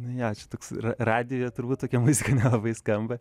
nu jo čia toks ra radijo turbūt tokia muzika nelabai skamba